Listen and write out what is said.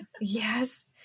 yes